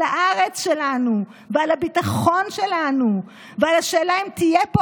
הארץ שלנו ועל הביטחון שלנו ועל השאלה אם תהיה פה